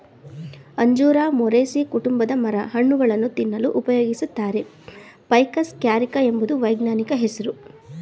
ಅಂಜೂರ ಮೊರೇಸೀ ಕುಟುಂಬದ ಮರ ಹಣ್ಣುಗಳನ್ನು ತಿನ್ನಲು ಉಪಯೋಗಿಸುತ್ತಾರೆ ಫೈಕಸ್ ಕ್ಯಾರಿಕ ಎಂಬುದು ವೈಜ್ಞಾನಿಕ ಹೆಸ್ರು